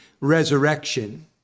resurrection